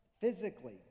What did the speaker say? physically